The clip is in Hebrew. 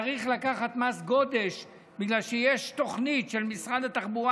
שצריך לקחת מס גודש בגלל שיש תוכנית של משרד התחבורה